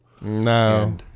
No